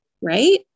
right